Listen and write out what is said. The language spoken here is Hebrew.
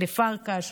לפרקש,